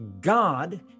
God